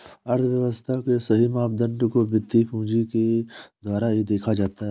अर्थव्यव्स्था के सही मापदंड को वित्तीय पूंजी के द्वारा ही देखा जाता है